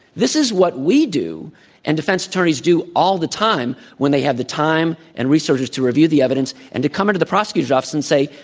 this is what we do and defense attorneys do all the time when they have the time and resources to review the evidence and to come into the prosecutor's office and say,